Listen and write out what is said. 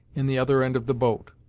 in the other end of the boat.